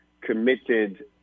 committed